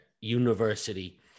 university